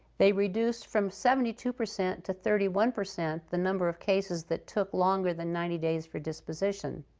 they reduced from seventy two percent to thirty one percent the number of cases that took longer than ninety days for disposition.